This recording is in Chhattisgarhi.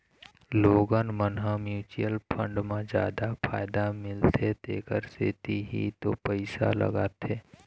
लोगन मन ह म्युचुअल फंड म जादा फायदा मिलथे तेखर सेती ही तो पइसा लगाथे